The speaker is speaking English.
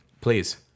Please